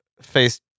face